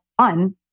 fun